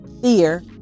Fear